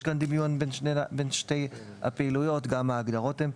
יש כאן דמיון בין שתי הפעילויות וגם בין שתי ההגדרות.